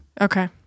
Okay